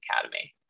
Academy